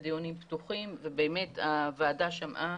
אלה דיונים פתוחים ובאמת הוועדה שמעה